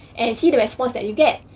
and see the response that you get.